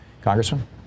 congressman